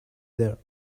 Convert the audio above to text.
there